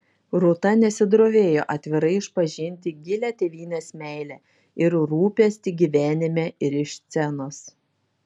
rūta nesidrovėjo atvirai išpažinti gilią tėvynės meilę ir rūpestį gyvenime ir iš scenos